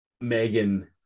megan